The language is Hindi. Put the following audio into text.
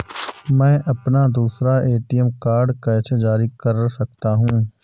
मैं अपना दूसरा ए.टी.एम कार्ड कैसे जारी कर सकता हूँ?